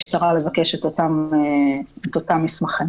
אנחנו מדברים על סעיפים שכבר אושרו בחוק המסגרת,